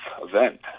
event